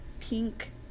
pink